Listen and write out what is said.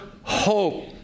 hope